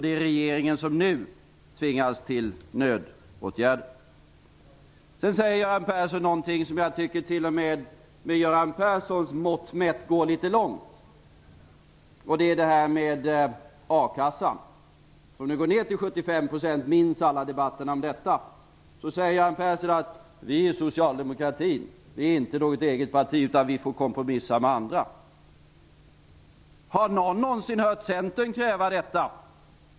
Det är regeringen som nu tvingas till nödåtgärder. Göran Persson sade någonting som jag tycker t.o.m. med Göran Perssons mått mätt går litet långt. Det gäller a-kassan, som nu går ned till 75 %. Minns alla debatten om detta? Göran Persson säger att socialdemokratin inte är något eget parti utan får kompromissa med andra. Har någon någonsin hört Centern kräva det här?